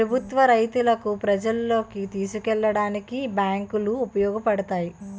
ప్రభుత్వ రాయితీలను ప్రజల్లోకి తీసుకెళ్లడానికి బ్యాంకులు ఉపయోగపడతాయి